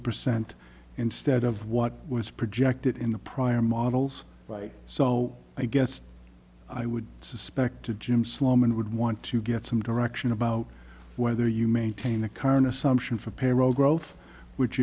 percent instead of what was projected in the prior models right so i guess i would suspect to jim sloman would want to get some direction about whether you maintain the current assumption for payroll growth which